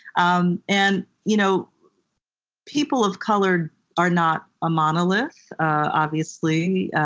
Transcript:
um and you know people of color are not a monolith, obviously.